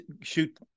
shoot